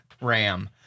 Ram